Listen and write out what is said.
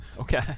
okay